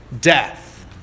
death